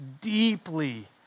deeply